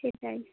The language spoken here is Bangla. সেটাই